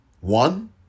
one